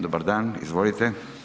Dobar dan, izvolite.